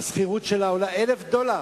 הם 1,000 דולר?